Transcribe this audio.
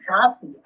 happy